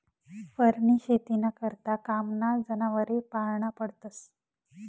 फरनी शेतीना करता कामना जनावरे पाळना पडतस